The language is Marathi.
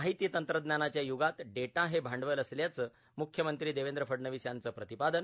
माहिती तंत्रज्ञानाच्या युगात डेटा हे भांडवल असल्याची मुख्य मंत्री देवेंद्र फडणवीस यांचं प्रतिपादन